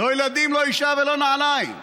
לא ילדים, לא אישה ולא נעליים.